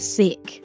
sick